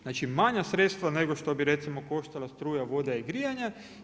Znači manja sredstva nego što bi recimo koštala struja, voda i grijanje.